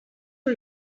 are